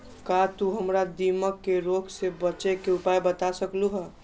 का तू हमरा दीमक के रोग से बचे के उपाय बता सकलु ह?